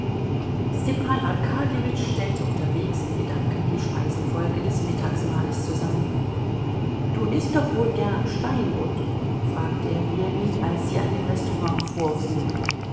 arkadjewitsch stellte unterwegs in gedanken die speisenfolge des mittagsmahles zusammen du ißt doch wohl gern steinbutt fragte er ljewin als sie an dem restaurant vorfuhren